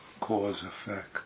cause-effect